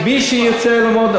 כי מי שירצה ללמוד,